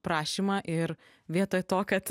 prašymą ir vietoj to kad